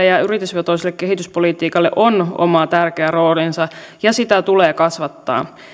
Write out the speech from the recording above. ja yritysvetoisella kehityspolitiikalla on oma tärkeä roolinsa ja sitä tulee kasvattaa